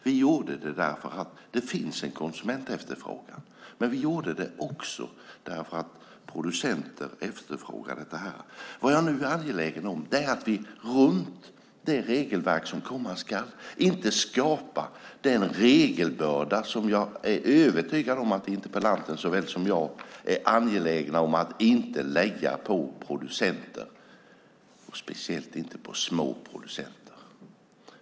Vi gjorde det eftersom det finns en konsumentefterfrågan, men vi gjorde det också för att producenter efterfrågar det. Vad jag nu är angelägen om är att vi runt det regelverk som komma skall inte skapar den regelbörda som jag är övertygad om att interpellanten såväl som jag är angelägen om att inte lägga på producenten, speciellt inte på små producenter.